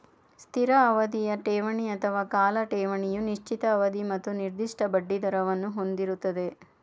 ಸ್ಥಿರ ಅವಧಿಯ ಠೇವಣಿ ಅಥವಾ ಕಾಲ ಠೇವಣಿಯು ನಿಶ್ಚಿತ ಅವಧಿ ಮತ್ತು ನಿರ್ದಿಷ್ಟ ಬಡ್ಡಿದರವನ್ನು ಹೊಂದಿರುತ್ತೆ